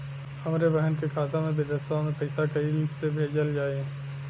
हमरे बहन के खाता मे विदेशवा मे पैसा कई से भेजल जाई?